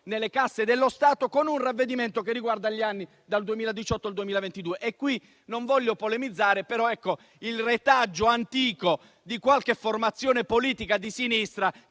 nelle casse dello Stato, con un ravvedimento che riguarda gli anni dal 2018 al 2022. Qui non voglio polemizzare sul retaggio antico di qualche formazione politica di sinistra,